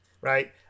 Right